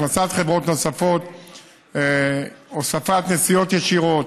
הכנסת חברות נוספות והוספת נסיעות ישירות.